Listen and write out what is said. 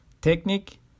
technique